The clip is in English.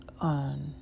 on